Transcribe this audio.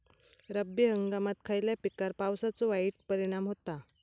रब्बी हंगामात खयल्या पिकार पावसाचो वाईट परिणाम होता?